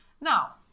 now